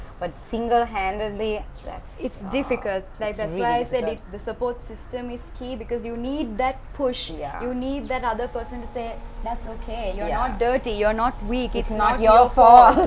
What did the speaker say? but single handedly it's difficult. they should realize they need the support system is key because you need that push yeah you need that other person to say that's okay you're yeah not dirty you're not weak it's not your fault.